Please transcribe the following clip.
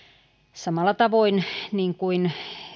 samalla tavoin niin kuin